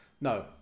No